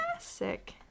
Sick